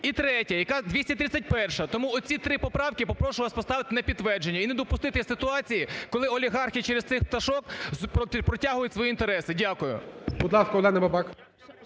І третє. 231-а. Тому оці 3 поправки попрошу вас поставити на підтвердження і не допустити ситуації, коли олігархи через цих пташок протягують свої інтереси. Дякую.